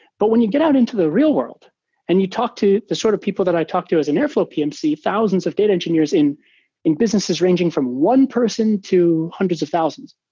but when you get out into the real world and you talk to the sort of people that i talk to as an airflow pmc, thousands of data engineers in in businesses ranging from one person to hundreds of thousands.